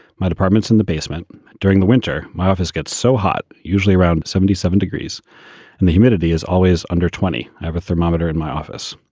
my department's in the basement during the winter. my office gets so hot. usually around seventy seven degrees and the humidity is always under twenty. i have a thermometer in my office.